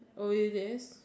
oh it is